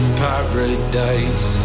paradise